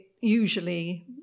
usually